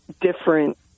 different